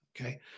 okay